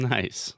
Nice